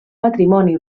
patrimoni